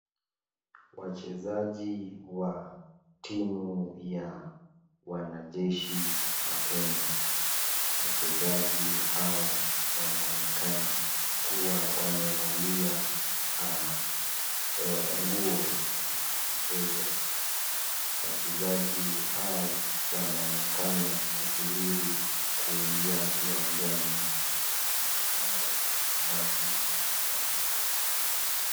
wachezaji wa timu ya wanajeshi wa Kenya. Wachezaji hao wanaonekana kuwa wamevalia nguo ya mchezo. Wachezaji hao wanaonekana kusubiri kuingia kiwanjani. Nyuma yao mna basi ya rangi ya kijivu.